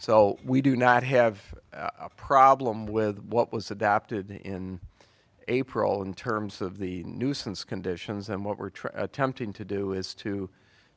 so we do not have a problem with what was adapted in april in terms of the nuisance conditions and what we're trying to tempting to do is to